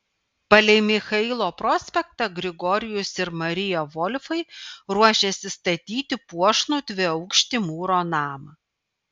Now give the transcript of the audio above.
palei michailo prospektą grigorijus ir marija volfai ruošėsi statyti puošnų dviaukštį mūro namą